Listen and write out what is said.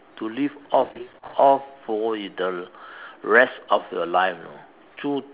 to live off off for the rest of your life you know two